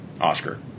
Oscar